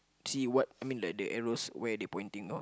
see what mean like the arrows where they're pointing out